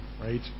right